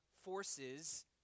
forces